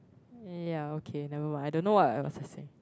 yeah okay never mind I don't know what I was also